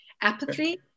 apathy